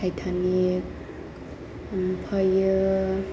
Titanic ओमफ्राय